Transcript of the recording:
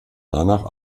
danach